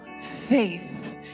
faith